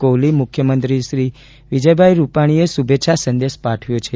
કોહલી મુખ્યમંત્રી શ્રી વિજયભાઈ રૂપાણીએ શુભેચ્છા સંદેશ પાઠવ્યો છે